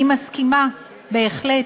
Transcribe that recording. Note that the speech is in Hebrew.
אני מסכימה בהחלט,